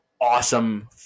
awesome